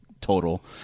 total